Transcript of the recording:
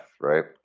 right